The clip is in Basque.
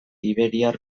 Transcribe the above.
iberiar